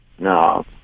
No